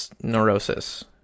neurosis